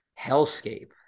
hellscape